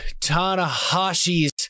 Tanahashi's